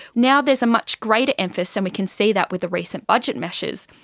now there's a much greater emphasis, and we can see that with the recent budget measures,